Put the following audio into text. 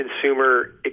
consumer